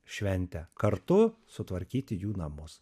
šventę kartu sutvarkyti jų namus